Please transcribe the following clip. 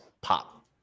pop